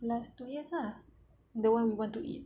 last two years lah the one we want to eat